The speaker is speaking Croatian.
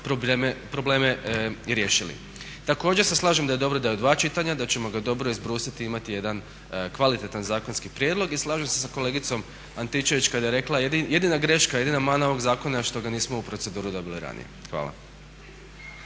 probleme riješili. Također se slažem da je dobro da je u dva čitanja, da ćemo ga dobro izbrusiti i imati jedan kvalitetan zakonski prijedlog i slažem se sa kolegicom Antičević kada je rekla jedina greška, jedina mana ovoga zakona je što ga nismo u proceduru dobili ranije. Hvala.